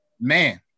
Man